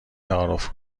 تعارف